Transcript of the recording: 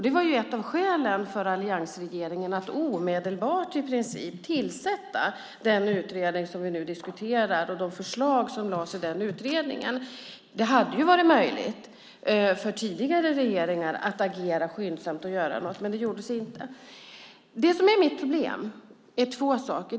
Det var ett av skälen till att alliansregeringen i princip omedelbart tillsatte den utredning som vi nu diskuterar, och det handlar om de förslag som lades fram i den utredningen. Det hade varit möjligt för tidigare regeringar att agera skyndsamt och göra något, men det gjordes inte. Mitt problem handlar om två saker.